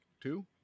Two